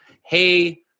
Hey